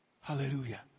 Hallelujah